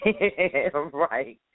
right